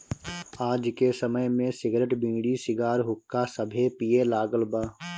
आज के समय में सिगरेट, बीड़ी, सिगार, हुक्का सभे पिए लागल बा